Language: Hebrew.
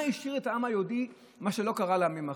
מה השאיר את העם היהודי, מה שלא קרה לעמים אחרים?